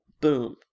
boom